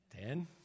Ten